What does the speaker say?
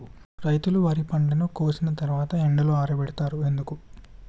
రైతులు వరి పంటను కోసిన తర్వాత ఎండలో ఆరబెడుతరు ఎందుకు?